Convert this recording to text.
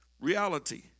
reality